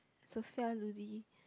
Sophia Ludy